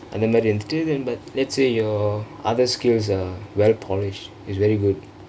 அந்த மாதிரி இருந்துட்டு:andtha maathri irundthuttu then but let's say your other skills are well polished is very good